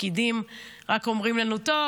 הפקידים רק אומרים לנו: טוב,